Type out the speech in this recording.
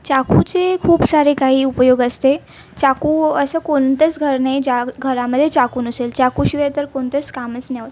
चाकूचे खूप सारे काही उपयोग असते चाकू असं कोणतंच घर नाही ज्या घरामध्ये चाकू नसेल चाकूशिवाय तर कोणतेस कामंच नाही होत